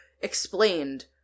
explained